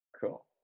Cool